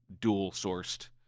dual-sourced